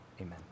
amen